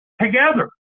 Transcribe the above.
together